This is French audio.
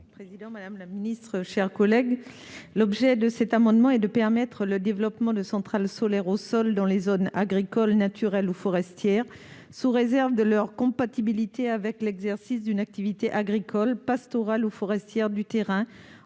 parole est à Mme Micheline Jacques. L'objet de cet amendement est de permettre le développement de centrales solaires au sol dans les zones agricoles, naturelles ou forestières, sous réserve de leur compatibilité avec l'exercice d'une activité agricole, pastorale ou forestière sur le terrain